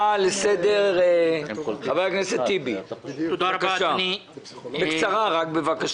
הצעה לסדר, חבר הכנסת טיבי בבקשה, רק בקצרה.